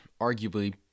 arguably